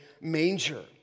manger